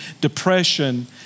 depression